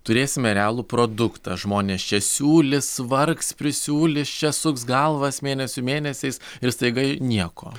turėsime realų produktą žmonės čia siūlys vargs prisiūlys čia suks galvas mėnesių mėnesiais ir staiga nieko